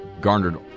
garnered